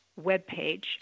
webpage